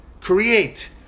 create